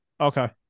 okay